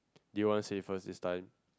do you want say first this time